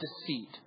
deceit